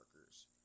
workers